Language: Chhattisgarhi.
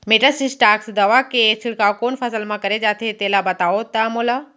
मेटासिस्टाक्स दवा के छिड़काव कोन फसल म करे जाथे तेला बताओ त मोला?